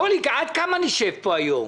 אורלי, עד כמה נשב פה היום?